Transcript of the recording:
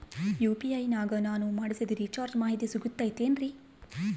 UPI ನಾಗ ನಾನು ಮಾಡಿಸಿದ ರಿಚಾರ್ಜ್ ಮಾಹಿತಿ ಸಿಗುತೈತೇನ್ರಿ?